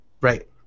Right